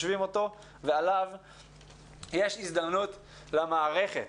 יש הזדמנות למערכת